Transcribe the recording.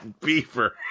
Beaver